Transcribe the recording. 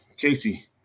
Casey